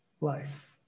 life